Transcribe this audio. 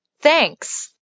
Thanks